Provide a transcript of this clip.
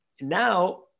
now